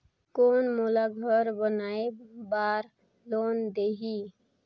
कौन मोला घर बनाय बार लोन देही?